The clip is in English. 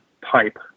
pipe